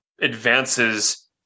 advances